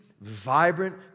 vibrant